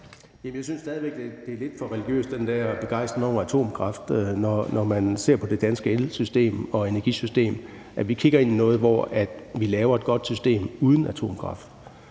Jeg synes stadig væk, at den der begejstring over atomkraft er lidt for religiøs, når man ser på det danske elsystem og energisystem. Vi kigger ind i noget, hvor vi laver et godt system uden atomkraft,